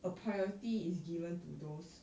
a priority is given to those